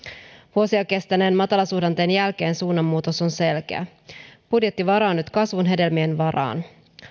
vuosia kestäneen matalasuhdanteen jälkeen suunnanmuutos on selkeä budjetti varaa nyt kasvun hedelmien varaan